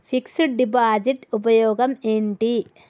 Fix డ్ deposit ఉపయోగం ఏంటి?